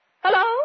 Hello